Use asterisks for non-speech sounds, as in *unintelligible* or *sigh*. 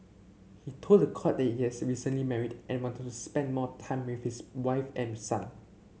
he told the court that he *unintelligible* recently married and wanted to spend more time with his wife and son